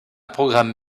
programme